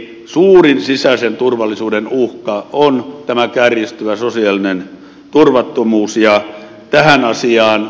suurin sisäisen turvallisuuden uhka on tämä kärjistyvä sosiaalinen turvattomuus ja tähän asiaan